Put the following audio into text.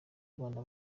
abana